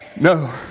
No